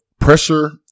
pressure